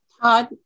Todd